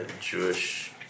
Jewish